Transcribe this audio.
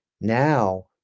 Now